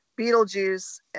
Beetlejuice